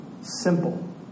simple